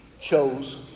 chose